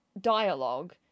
dialogue